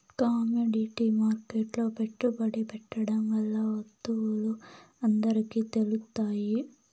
commodity మార్కెట్లో పెట్టుబడి పెట్టడం వల్ల వత్తువులు అందరికి తెలుత్తాయి